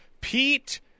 Pete